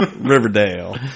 Riverdale